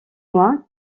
mois